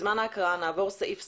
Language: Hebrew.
בזמן ההקראה נעבור סעיף סעיף,